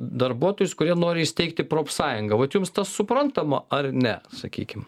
darbuotojus kurie nori įsteigti profsąjungą vat jums tas suprantama ar ne sakykim